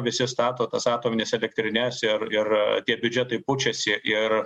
visi stato tas atomines elektrines ir ir tie biudžetai pučiasi ir